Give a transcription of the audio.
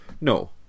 No